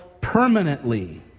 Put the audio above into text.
permanently